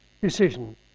decision